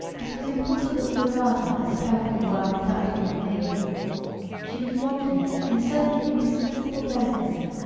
it was impossible to regard her as a perfectly well-conducted young lady she was wanting in a certain indispensable delicacy.